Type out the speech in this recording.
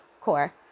core